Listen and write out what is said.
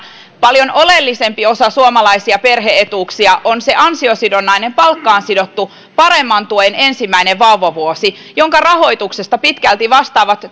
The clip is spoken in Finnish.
paljon oleellisempi osa suomalaisia perhe etuuksia on se ansiosidonnainen palkkaan sidottu paremman tuen ensimmäinen vauvavuosi jonka rahoituksesta pitkälti vastaavat